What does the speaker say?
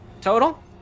Total